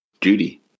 Judy